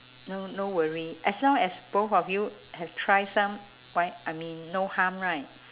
no no worry as long as both of you have try some why I mean no harm right